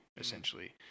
essentially